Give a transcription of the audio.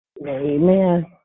Amen